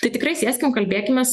tai tikrai sėskim kalbėkimės